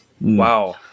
Wow